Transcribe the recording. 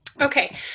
Okay